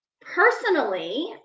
personally